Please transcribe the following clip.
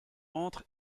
entre